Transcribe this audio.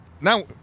now